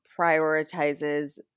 prioritizes